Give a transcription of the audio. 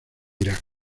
irak